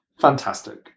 Fantastic